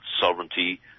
sovereignty